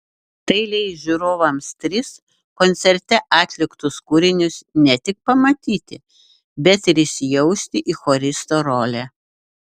tai leis žiūrovams tris koncerte atliktus kūrinius ne tik pamatyti bet ir įsijausti į choristo rolę